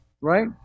right